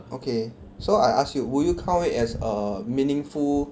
okay so I ask you would you count it as a meaningful